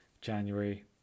January